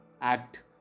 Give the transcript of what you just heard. act